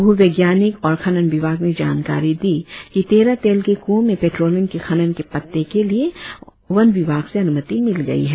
भूवैज्ञानिक और खनन विभाग ने जानकारी दी कि तेरह तेल के कुओ में पेट्रोलियम की खनन के पटटे के लिए वन विभाग से अनुमति मिल गई है